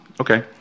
Okay